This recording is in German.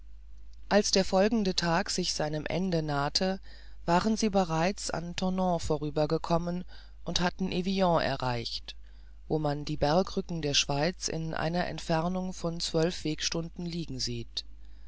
als der folgende tag sich seinem ende nahte waren sie bereits an thonon vorübergekommen und hatten evian erreicht von wo man die bergücken der schweiz in einer entfernung von zwölf wegstunden liegen sieht